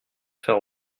faire